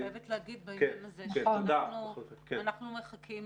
אני חייבת להגיד בעניין הזה שאנחנו מחכים